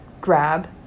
grab